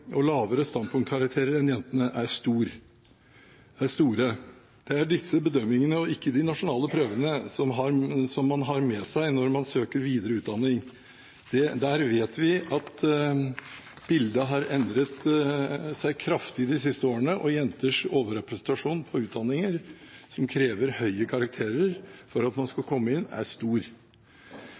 får lavere grunnskolepoeng og lavere standpunktkarakterer enn jentene, er store. Det er disse bedømmingene og ikke de nasjonale prøvene man har med seg når man søker videre utdanning. Der vet vi at bildet har endret seg kraftig de siste årene, og jenters overrepresentasjon på utdanninger som krever høye karakterer for at man skal komme inn, er stor.